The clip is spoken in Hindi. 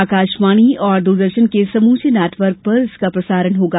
आकाशवाणी और दूरदर्शन के समूचे नेटवर्क पर इसका प्रसारण होगा